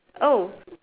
oh